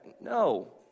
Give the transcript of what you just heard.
No